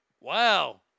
Wow